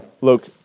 look